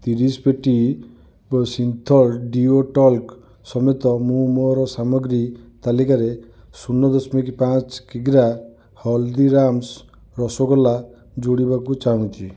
ତିରିଶି ପେଟି Cinthol deo talc ସମେତ ମୁଁ ମୋର ସାମଗ୍ରୀ ତାଲିକାରେ ଶୂନ ଦଶମିକ ପାଞ୍ଚ କିଗ୍ରା ହଳଦୀରାମ୍ସ୍ ରସଗୋଲା ଯୋଡ଼ିବାକୁ ଚାହୁଁଛି